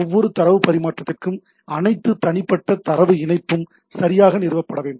ஒவ்வொரு தரவு பரிமாற்றத்திற்கும் அனைத்து தனிப்பட்ட தரவு இணைப்பும் சரியாக நிறுவப்பட வேண்டும்